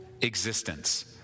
existence